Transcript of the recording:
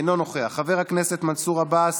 אינו נוכח, חבר הכנסת מנסור עבאס,